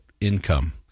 income